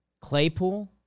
Claypool